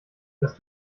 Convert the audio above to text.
das